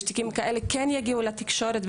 ושתיקים כאלה כן יגיעו לתקשורת.